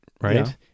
right